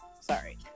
Sorry